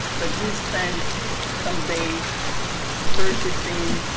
but we spent some days purchasing,